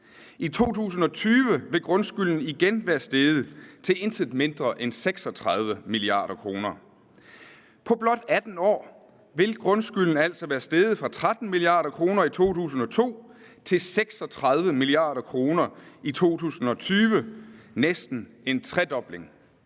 i 2020 vil grundskylden igen være steget til intet mindre end 36 mia. kr. På blot 18 år vil grundskylden altså være steget fra 13 mia. kr. i 2002 til 36 mia. kr. i 2020 – næsten en tredobling.